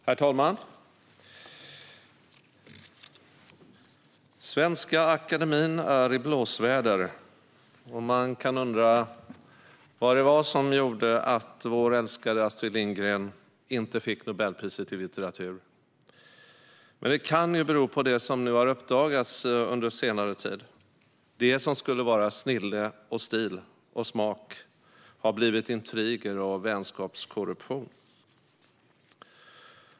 Herr talman! Svenska Akademien är i blåsväder. Man kan undra vad det var som gjorde att vår älskade Astrid Lindgren inte fick Nobelpriset i litteratur. Men det kan ju bero på det som har uppdagats på senare tid. Det som skulle vara snille och smak har blivit intriger och vänskapskorruption.